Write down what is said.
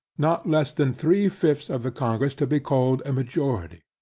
not less than three fifths of the congress to be called a majority.